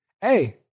hey –